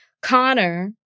Connor